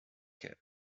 cœur